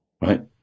right